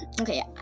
okay